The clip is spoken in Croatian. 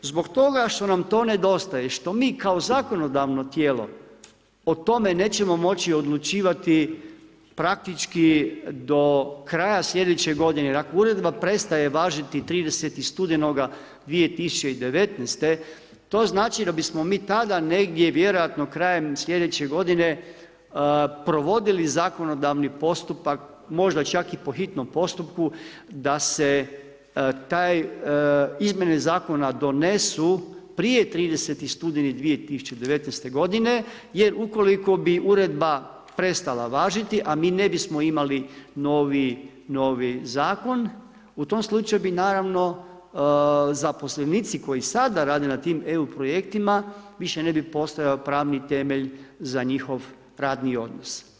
Zbog toga što nam to nedostaje, što mi kao zakonodavno tijelo, o tome nećemo moći odlučivati, praktički do kraja slj. g. jer ako uredba prestaje važiti 30. studenoga 2019. to znači, da bismo mi tada negdje, vjerojatno krajem slj. g. provoditi zakonodavni postupak, možda čak i po hitnom postupku, da se taj izmjene zakona donesu prije 30.11.2019. g. jer ukoliko bi uredba prestala važiti, a mi ne bismo imali novi zakon, u tom slučaju bi naravno, zaposlenici koji sada rade na tim EU projektima, više ne bi postojao pravni temelj, za njihov radni odnos.